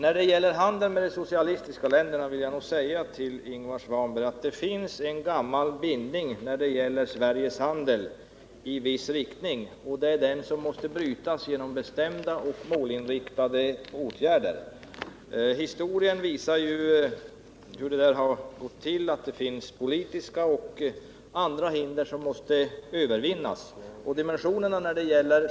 Vad beträffar handeln med de socialistiska länderna vill jag nog säga till Ingvar Svanberg att det finns en gammal bindning i viss riktning för Sveriges handel. Det är den som måste brytas genom bestämda och målinriktade åtgärder. Historien visar hur det har gått till när det har skapats politiska och andra hinder som måste övervinnas.